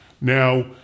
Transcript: Now